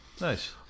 Nice